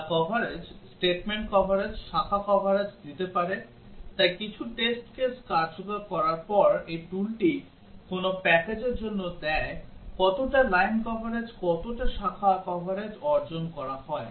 যা coverage statement coverage শাখা coverage দিতে পারে তাই কিছু টেস্ট কেস কার্যকর করার পর এই toolটি কোন প্যাকেজের জন্য দেয় কতটা লাইন কভারেজ কতটা শাখা কভারেজ অর্জন করা হয়